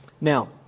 Now